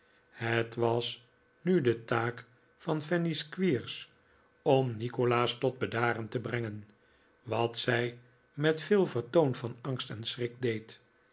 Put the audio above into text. het was nu de taak van fanny squeers om nikolaas tot bedaren te brengen wat zij met veel vertoon van angst en schrik deed